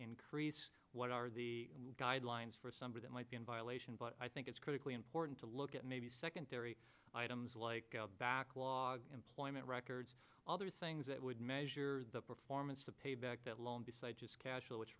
increase what are the guidelines for summer that might be in violation but i think it's critically important to look at maybe secondary items like backlog employment records other things that would measure the performance to pay back that loan besides just casual which